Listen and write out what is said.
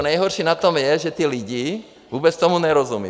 Nejhorší na tom je, že ti lidé vůbec tomu nerozumí.